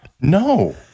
No